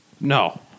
No